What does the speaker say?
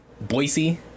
Boise